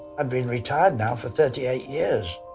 i've been retired now for thirty-eight years.